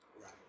right